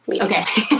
Okay